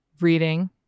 Reading